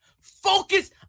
Focus